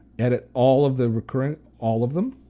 edit all of the recurrent, all of them.